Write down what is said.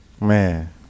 Man